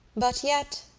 but yet,